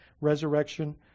resurrection